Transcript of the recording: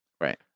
Right